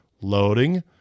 loading